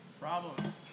Problem